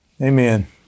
Amen